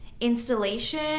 installation